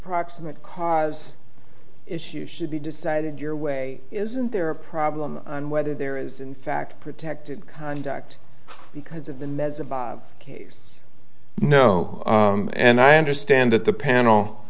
proximate cause issues should be decided your way isn't there a problem on whether there is in fact protected conduct because in the case no and i understand that the panel